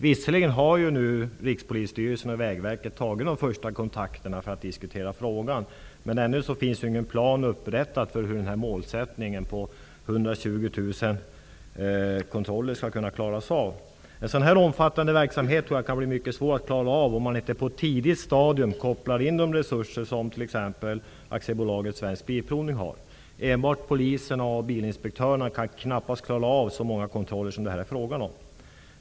Visserligen har nu Rikspolisstyrelsen och Vägverket tagit de första kontakterna för att diskutera frågan, men ännu har ingen plan upprättats för hur dessa 120 000 kontroller skall kunna klaras av. En så omfattande verksamhet kan bli mycket svår att klara av, om man inte på ett tidigt stadium kopplar in de resurser som t.ex. AB Svensk Bilprovning har. Enbart Polisen och bilinspektörerna kan knappast klara av så många kontroller som det är fråga om.